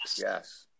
yes